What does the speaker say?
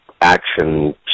Action